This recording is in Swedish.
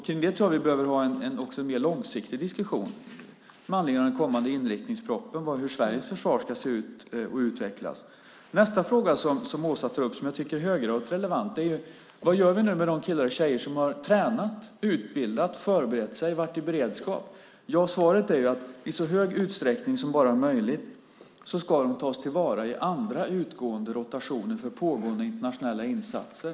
Kring det tror jag att vi behöver ha en mer långsiktig diskussion med anledning av den kommande inriktningspropositionen om hur Sveriges försvar ska se ut och utvecklas. Nästa fråga som Åsa tar upp är höggradigt relevant. Vad gör vi nu med de killar och tjejer som har tränat, utbildat sig, förberett sig och varit i beredskap? Svaret är att de i så stor utsträckning som bara är möjligt ska tas till vara i andra utgående rotationer för pågående internationella insatser.